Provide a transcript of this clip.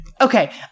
Okay